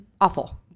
Awful